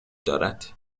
دارد